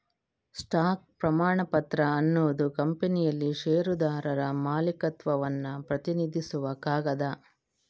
stock ಪ್ರಮಾಣಪತ್ರ ಅನ್ನುದು ಕಂಪನಿಯಲ್ಲಿ ಷೇರುದಾರರ ಮಾಲೀಕತ್ವವನ್ನ ಪ್ರತಿನಿಧಿಸುವ ಕಾಗದ